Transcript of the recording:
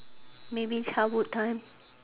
maybe childhood time